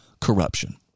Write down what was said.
corruption